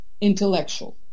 intellectual